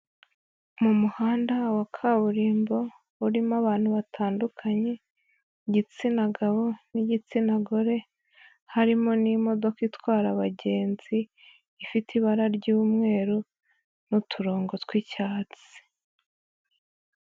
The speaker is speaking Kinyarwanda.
Mu muhanda wa kaburimbo urimo abantu batandukanye, igitsina gabo n'igitsina gore, harimo n'imodoka itwara abagenzi, ifite ibara ry'umweru, n'uturongo tw'icyatsi.